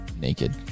naked